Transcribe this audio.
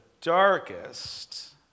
darkest